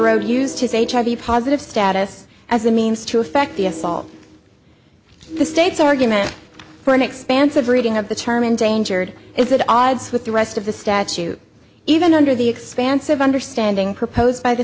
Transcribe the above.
road used to hiv positive status as a means to effect the assault the state's argument for an expansive reading of the term endangered is that odds with the rest of the statute even under the expansive understanding proposed by the